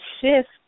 shift